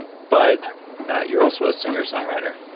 and but you're also a singer songwriter